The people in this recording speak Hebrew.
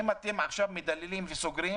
אם אתם עכשיו מדללים וסוגרים,